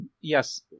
Yes